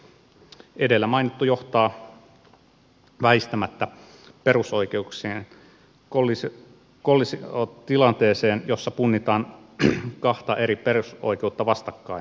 edellä mainittu johtaa väistämättä perusoikeuksien kollisiotilanteeseen jossa punnitaan kahta eri perusoikeutta vastakkain